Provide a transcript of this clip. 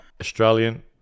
Australian